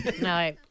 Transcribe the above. No